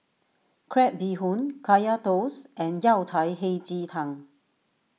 Crab Bee Hoon Kaya Toast and Yao Cai Hei Ji Tang